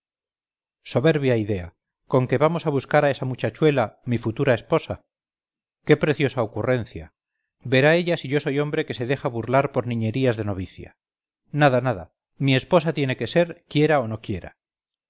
soberbia idea conque vamos a buscar a esa muchachuela mi futura esposa qué preciosa ocurrencia verá ella si yo soy hombre que se deja burlarpor niñerías de novicia nada nada mi esposa tiene que ser quiera o no quiera